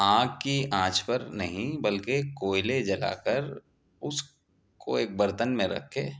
آگ کی آنچ پر نہیں بلکہ کوئلے جلا کر اس کو ایک برتن میں رکھ کے